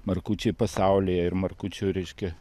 markučiai pasaulyje ir markučių reiškia